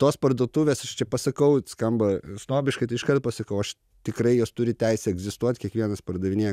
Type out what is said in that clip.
tos parduotuvės aš čia pasakau skamba stsnobiškai tai iškart pasakau aš tikrai jos turi teisę egzistuot kiekvienas pardavinėja